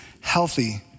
healthy